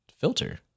Filter